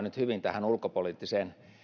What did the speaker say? nyt hyvin tähän ulkopoliittiseen